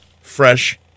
fresh